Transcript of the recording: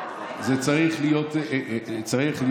זה צריך להיות זעזוע.